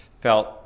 felt